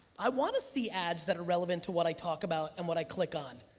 i wanna see ads that are relevant to what i talk about and what i click on.